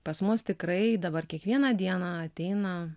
pas mus tikrai dabar kiekvieną dieną ateina